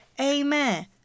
Amen